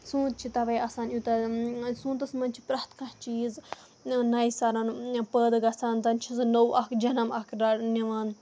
سونت چھُ تَوے آسان یوٗتاہ سَونتس منٛز چھِ پرٮ۪تھ کانہہ چیٖز نَیہِ سَرن پٲدٕ گژھان زن چھِ سُہ نوٚو اکھ جَنم اکھ نِوان